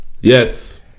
Yes